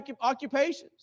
occupations